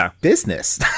business